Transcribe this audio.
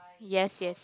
yes yes